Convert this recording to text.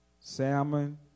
Salmon